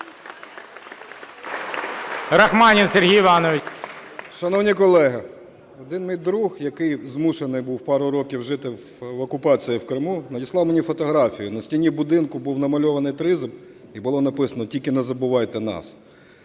РАХМАНІН С.І. Шановні колеги, один мій друг, який змушений був пару років жити в окупації в Криму, надіслав мені фотографію: на стіні будинку був намальований тризуб і було написано: "Тільки не забувайте нас".